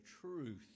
truth